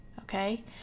okay